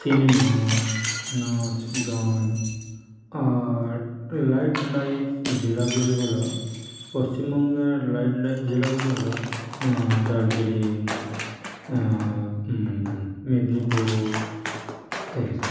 cinema নাচ গান আর নাইট লাইফ জেলাগুলি হল পশ্চিমবঙ্গের নাইট লাইফ জেলাগুলি হল দার্জিলিং মেদিনীপুর এই সব